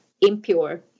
impure